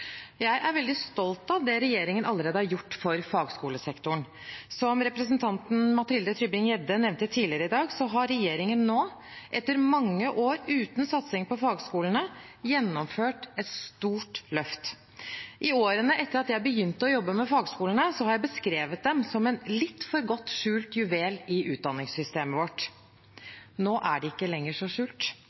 Jeg er veldig stolt av det regjeringen allerede har gjort for fagskolesektoren. Som representanten Mathilde Tybring-Gjedde nevnte tidligere i dag, har regjeringen nå, etter mange år uten satsing på fagskolene, gjennomført et stort løft. I årene etter at jeg begynte å jobbe med fagskolene, har jeg beskrevet dem som en litt for godt skjult juvel i utdanningssystemet vårt. Nå er de ikke lenger så skjult.